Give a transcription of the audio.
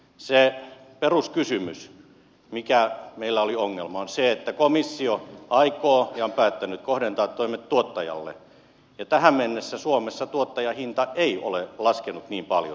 se peruskysymys mikä meillä oli ongelma on se että komissio aikoo ja on päättänyt kohdentaa toimet tuottajalle ja tähän mennessä suomessa tuottajahinta ei ole laskenut niin paljon